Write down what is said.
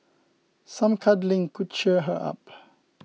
some cuddling could cheer her up